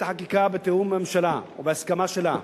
החקיקה בתיאום עם הממשלה ובהסכמה שלה.